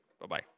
Bye-bye